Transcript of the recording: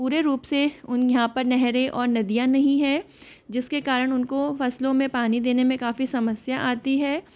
पूरे रूप से उन यहाँ पर नहरे और नदियाँ नहीं है जिसके कारण उनका फसलों में पानी देने में काफ़ी समस्या आती है